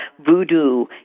voodoo